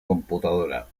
computadora